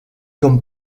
comme